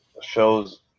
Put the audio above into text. shows